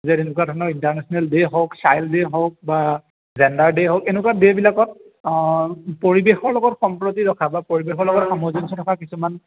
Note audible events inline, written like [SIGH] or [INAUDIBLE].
যে এনেকুৱা ধৰণৰ ইণ্টাৰনেচনেল ডে' হওক চাইল্ড ডে' হওক বা জেণ্ডাৰ ডে' হওক এনেকুৱা ডে'বিলাকত পৰিৱেশৰ লগত সম্প্ৰতি ৰখা বা পৰিৱেশৰ লগত [UNINTELLIGIBLE] সামঞ্জস্য ৰখা কিছুমান